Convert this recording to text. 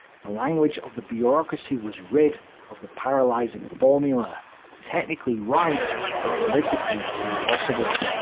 the language of the bureaucracy was rid of the paralysing formula technically right but politically impossible.